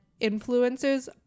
influencers